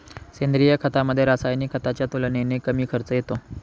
सेंद्रिय खतामध्ये, रासायनिक खताच्या तुलनेने कमी खर्च येतो